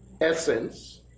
essence